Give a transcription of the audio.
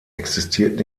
existiert